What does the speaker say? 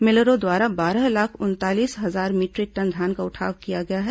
मिलरों द्वारा बारह लाख उनतालीस हजार मीटरिक टन धान का उठाव कर लिया गया है